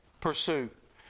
pursuit